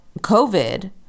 COVID